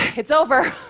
it's over!